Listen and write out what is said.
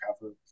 cover